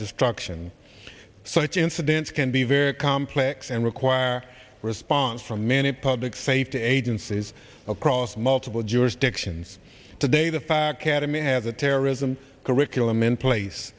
destruction such incidents can be very complex and require a response from many public safety agencies across multiple jurisdictions today the fact cademy have a terrorism curriculum in place